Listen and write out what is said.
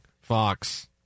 Fox